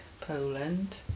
Poland